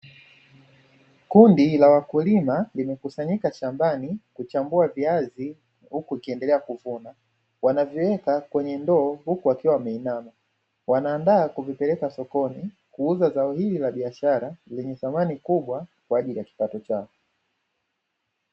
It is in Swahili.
Kundi la wakulima limekusanyika shambani, kuchambua viazi huku likiendelea kuvuna. Wanaviweka kwenye ndoo, huku wakiwa wameinama. Wanaandaa kuvipeleka sokoni kuuza zao hili la biashara lenye thamani kubwa, kwa ajili ya kipato chao.